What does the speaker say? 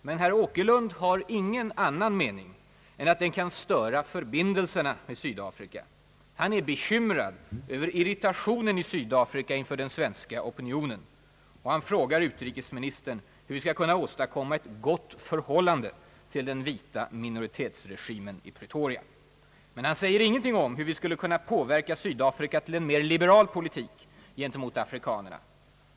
Men herr Åkerlund har ingen annan mening än att denna bojkott kan störa förbindelserna med Sydafrika. Han är bekymrad över »irritationen» i Sydafrika inför den svenska opinionen. Han frågar utrikesministern hur vi skall kunna åstadkomma ett »gott förhållande» till den vita minoritetsregimen i Pretoria. Men han säger ingenting om hur vi skall kunna påverka Sydafrika till en mer liberal politik gentemot afrikanerna.